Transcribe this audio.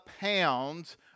pounds